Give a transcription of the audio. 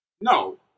No